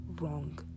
wrong